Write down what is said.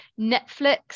Netflix